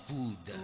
Food